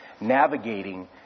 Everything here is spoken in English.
navigating